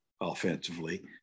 offensively